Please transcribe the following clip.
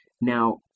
Now